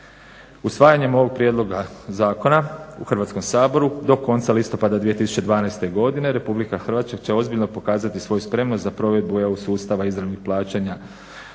Usvajanjem ovog prijedloga zakona u Hrvatskom saboru do konca listopada 2012.godine Republika Hrvatska će ozbiljno pokazati svoju spremnost za provedbu EU sustavu izravnih plaćanja